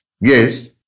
Yes